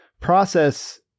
process